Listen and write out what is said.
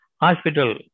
Hospital